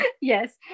Yes